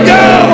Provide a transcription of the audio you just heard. go